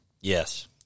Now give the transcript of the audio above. Yes